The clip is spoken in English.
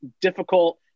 difficult